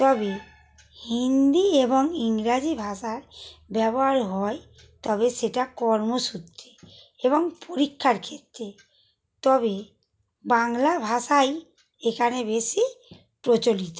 তবে হিন্দি এবং ইংরাজী ভাষার ব্যবহার হয় তবে সেটা কর্মসূত্রে এবং পরীক্ষার ক্ষেত্রে তবে বাংলা ভাষাই এখানে বেশি প্রচলিত